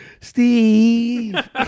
Steve